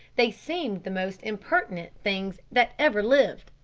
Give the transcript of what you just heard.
they seemed the most impertinent things that ever lived!